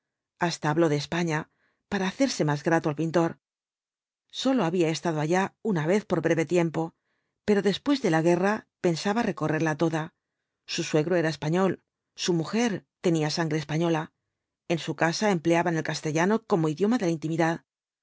hasta habló de españa para hacerse más grato al pintor sólo había estado allá una vez por breve tiempo pero después de la guerra pensaba recorrerla toda su suegro era español su mujer tenía sangre española en su casa empleaban el castellano como idioma de la intimidad